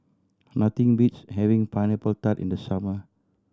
nothing beats having Pineapple Tart in the summer